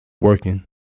working